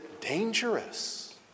dangerous